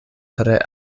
tre